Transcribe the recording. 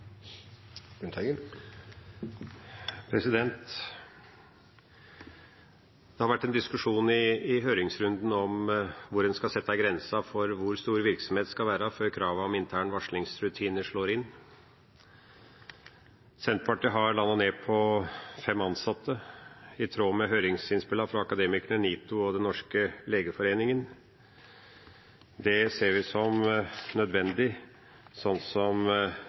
har det vært en diskusjon om hvor en skal sette grensen for hvor stor virksomheten skal være før kravene om interne varslingsrutiner slår inn. Senterpartiet har landet på fem ansatte, i tråd med høringsinnspillene fra Akademikerne, NITO og Den norske legeforening. Det ser vi som nødvendig, sånn som